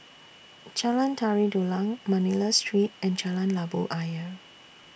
Jalan Tari Dulang Manila Street and Jalan Labu Ayer